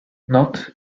not